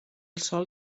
sòl